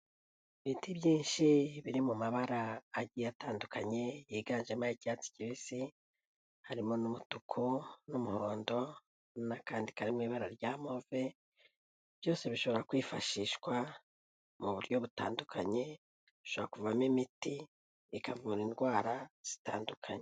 Ibiti byinshi biri mu mabara agiye atandukanye yiganjemo ay'icyatsi kibisi harimo n'umutuku n'umuhondo n'akandi kari mu ibara rya move byose bishobora kwifashishwa mu buryo butandukanye hashabora kuvamo imiti ikavura indwara zitandukanye.